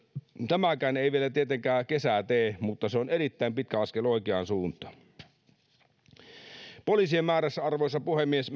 tämäkään ei vielä tietenkään kesää tee mutta se on erittäin pitkä askel oikeaan suuntaan arvoisa puhemies